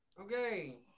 Okay